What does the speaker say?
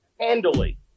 handily